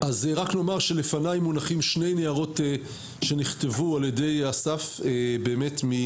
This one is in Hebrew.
רק לומר שלפניי נמצאים שני ניירות שנכתבו על-ידי אסף מאוגוסט